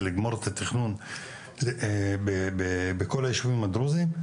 לגמור את התכנון בכל הישובים הדרוזים,